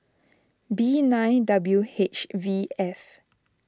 B nine W H V F